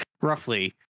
roughly